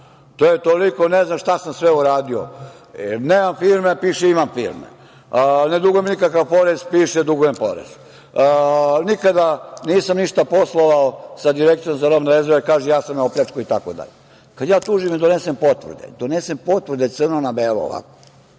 To je toliko, ne znam šta sam uradio. Nemam firme, piše da imam firme. Ne dugujem nikakav porez, piše dugujem porez. Nikada nisam ništa poslovao sa Direkcijom za robne rezerve, kaže ja sam je opljačkao itd. Kad ja tužim i donesem potvrde, donesem potvrde crno na belo ovako,